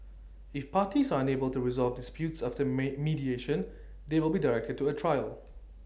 if parties are unable to resolve disputes after may mediation they will be directed to A trial